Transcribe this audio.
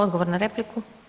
Odgovor na repliku.